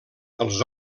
els